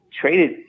traded